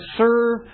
serve